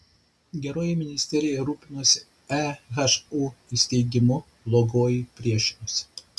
geroji ministerija rūpinosi ehu įsteigimu blogoji priešinosi